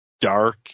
dark